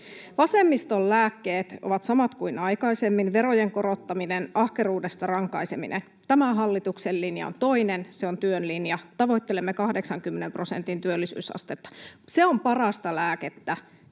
Vasemmiston lääkkeet ovat samat kuin aikaisemmin: verojen korottaminen, ahkeruudesta rankaiseminen. Tämän hallituksen linja on toinen, se on työn linja. Tavoittelemme 80 prosentin työllisyysastetta. Se on parasta lääkettä